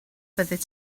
byddet